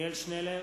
עתניאל שנלר,